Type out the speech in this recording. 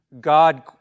God